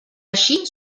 així